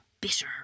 bitter